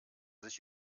sich